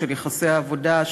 של יחסי העבודה,